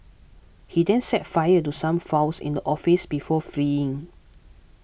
he then set fire to some files in the office before fleeing